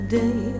day